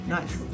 Nice